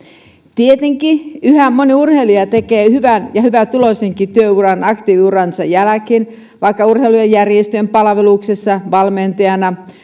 tietenkin yhä moni urheilija tekee hyvän ja hyvätuloisenkin työuran aktiiviuransa jälkeen vaikka urheilujärjestöjen palveluksessa valmentajana